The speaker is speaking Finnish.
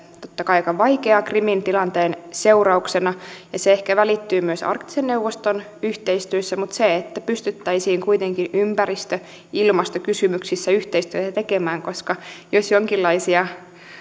totta kai aika vaikeaa krimin tilanteen seurauksena ja se ehkä välittyy myös arktisen neuvoston yhteistyöstä mutta olisi hyvä että pystyttäisiin kuitenkin ympäristö ja ilmastokysymyksissä yhteistyötä tekemään koska jos jonkinlaisia